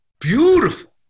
beautiful